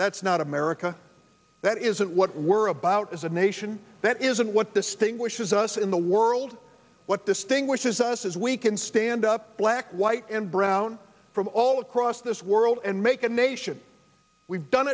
that's not america that isn't what we're about as a nation that isn't what the state wishes us in the world what distinguishes us is we can stand up black white and brown from all across this world and make a nation we've done